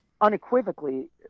unequivocally